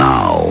Now